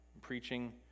preaching